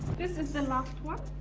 this is the last one.